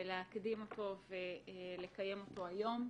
להקדים אותו ולקיים אותו היום.